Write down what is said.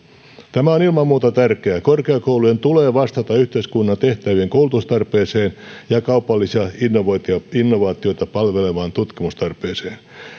tämä on ilman muuta tärkeää korkeakoulujen tulee vastata yhteiskunnan tehtävien koulutustarpeeseen ja kaupallisia innovaatioita palvelevaan tutkimustarpeeseen